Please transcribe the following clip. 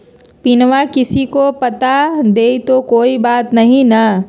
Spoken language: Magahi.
पिनमा किसी को बता देई तो कोइ बात नहि ना?